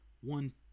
One